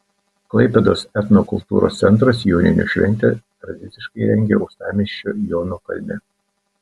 klaipėdos etnokultūros centras joninių šventę tradiciškai rengia uostamiesčio jono kalne